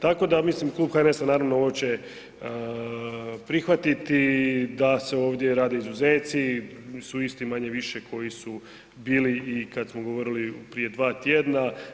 Tako da, mislim Klub HNS-a naravno ovo će prihvatiti da se ovdje rade izuzeci su isti manje-više koji su bili i kad smo govorili prije 2 tjedna.